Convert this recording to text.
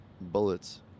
bullets